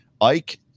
Ike